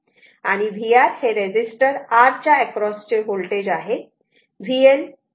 आणि vR हे resistor R च्या एक्रॉस चे होल्टेज आहे